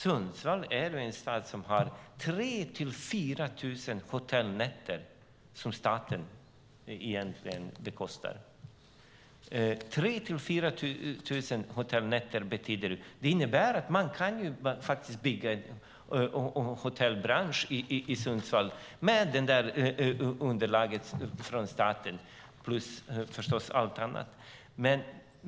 Sundsvall är en stad som har 3 000-4 000 hotellnätter som staten bekostar. Det innebär att man kan bygga en hotellbransch i Sundsvall med underlaget från staten, plus förstås allt annat.